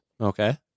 Okay